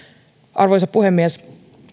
arvoisa puhemies